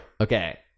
Okay